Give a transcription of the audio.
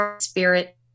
spirit